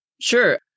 Sure